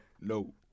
no